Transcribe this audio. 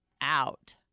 out